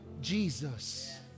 Jesus